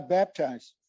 baptized